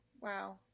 Wow